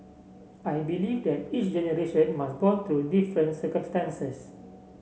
I believe that each generation must bond through different circumstances